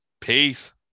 Peace